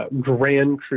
grand